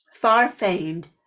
far-famed